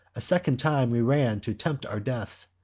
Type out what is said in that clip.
a second time we ran to tempt our death,